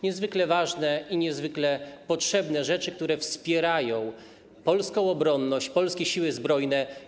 Niezwykle ważne i niezwykle potrzebne rzeczy, które wspierają polską obronność, polskie Siły Zbrojne.